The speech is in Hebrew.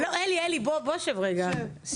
אלי, שב רגע.